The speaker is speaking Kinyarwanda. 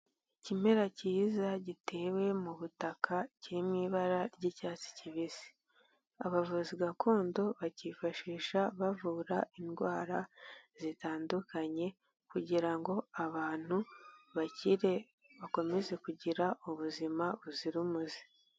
Ikimera cyiza gitewe mu butaka kiri mu ibara ry'icyatsi kibisi, abavuzi gakondo bakifashisha bavura indwara zitandukanye kugira ngo abantu bakire bakomeze kugira ubuzima buzira umuze.